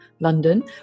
london